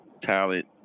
talent